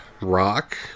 rock